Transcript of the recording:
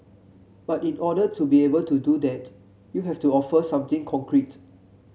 but in order to be able to do that you have to offer something concrete